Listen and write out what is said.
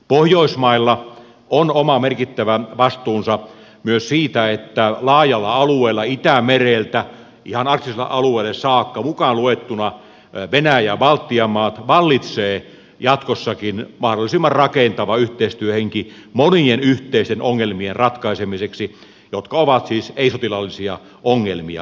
pohjoismailla on oma merkittävä vastuunsa myös siitä että laajalla alueella itämereltä ihan arktiselle alueelle saakka mukaan luettuna venäjä ja baltian maat vallitsee jatkossakin mahdollisimman rakentava yhteistyöhenki monien yhteisten ongelmien ratkaisemiseksi jotka ovat siis ei sotilaallisia ongelmia ainakin tänä päivänä